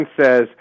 says